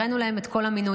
הראינו להם את כל המינויים.